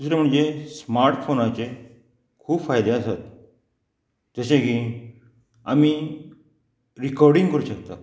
दुसरें म्हणजे स्मार्ट फोनाचे खूब फायदे आसात जशें की आमी रिकोर्डींग करूंक शकता